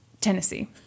Tennessee